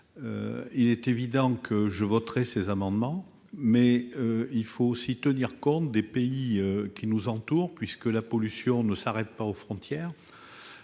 de M. Longuet. Je voterai ces amendements, mais il faut aussi tenir compte des pays qui nous entourent, car la pollution ne s'arrête pas aux frontières